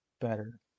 better